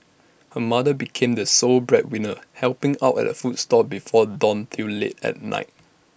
her mother became the sole breadwinner helping out at A food stall before dawn till late at night